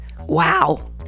Wow